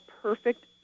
perfect